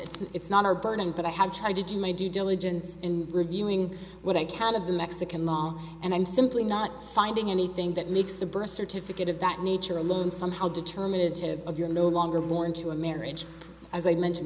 it's not our burden but i have tried to do my due diligence in reviewing what i can of the mexican law and i'm simply not finding anything that makes the birth certificate of that nature alone somehow determinative of you're no longer born to a marriage as i mentioned